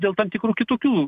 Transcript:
dėl tam tikrų kitokių